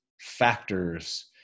factors